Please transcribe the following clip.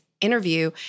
interview